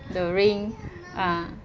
the ring ah